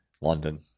London